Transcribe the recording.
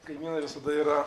kaimynai visada yra